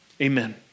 Amen